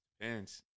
Depends